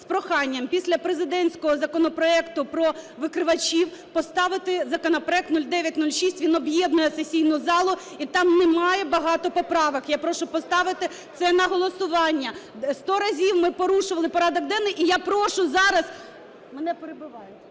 з проханням: після президентського законопроекту про викривачів поставити законопроект 0906. Він об'єднує сесійну залу. І там немає багато поправок. Я прошу поставити це на голосування. Сто разів ми порушували порядок денний. І я прошу зараз… Мене перебивають.